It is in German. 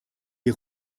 wir